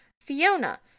Fiona